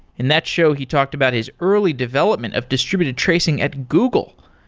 in that show he talked about his early development of distributed tracing at google.